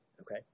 okay